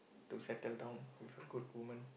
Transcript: to settle down with a good woman